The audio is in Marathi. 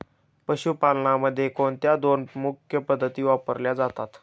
पशुपालनामध्ये कोणत्या दोन मुख्य पद्धती वापरल्या जातात?